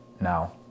now